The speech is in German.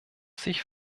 sich